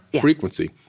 frequency